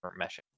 meshing